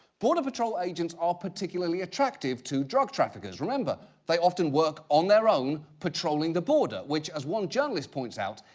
border patrol agents are particularly attractive to drug-traffickers. remember, they often work on their own, patrolling the border, which, as one journalist points out,